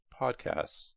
podcasts